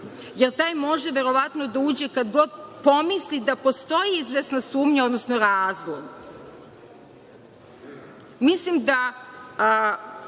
jer taj može verovatno da uđe kad pomisli da postoji izvesna sumnja, odnosno razlog. Mislim da